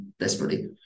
Desperately